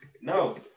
No